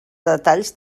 detalls